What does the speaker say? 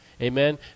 Amen